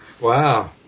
Wow